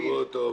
עזבו אותו.